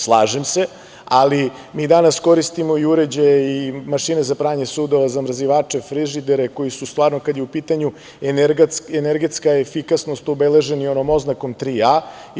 Slažem se, ali mi danas koristimo i uređaje i mašine za pranje sudova, zamrzivače, frižidere, koji su stvarno kad je u pitanju energetska efikasnost obeleženi onom oznakom AAA.